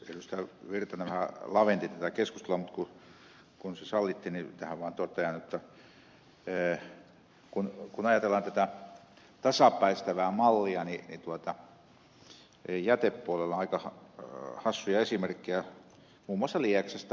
pertti virtanen vähän lavensi tätä keskustelua mutta kun se sallittiin niin tähän vaan totean jotta kun ajatellaan tätä tasapäistävää mallia niin jätepuolella on aika hassuja esimerkkejä muun muassa lieksasta